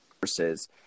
versus